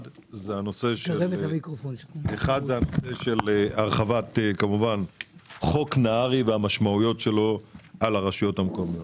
אחד זה הנושא של הרחבת חוק נהרי והמשמעויות שלו על הרשויות המקומיות.